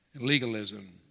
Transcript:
legalism